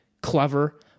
clever